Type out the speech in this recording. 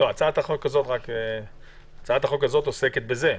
הצעת החוק הזאת עוסקת בזה.